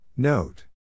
Note